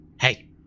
hey